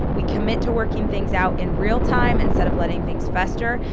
we commit to working things out in real time instead of letting things fester.